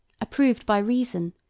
approved by reason,